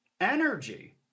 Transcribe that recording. energy